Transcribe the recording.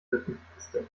lückentexte